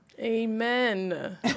Amen